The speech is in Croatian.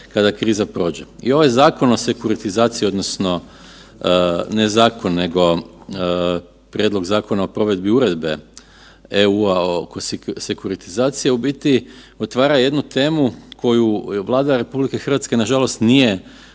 kada kriza prođe i ovaj zakon o sekuritizaciji, odnosno, ne zakon nego prijedlog zakona o provedbi uredbe EU-a o sekuritizaciji u biti otvara jednu temu koju Vlada RH nažalost nije dovoljno